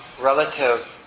relative